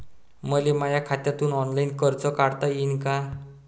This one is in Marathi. मले माया खात्यातून ऑनलाईन कर्ज काढता येईन का?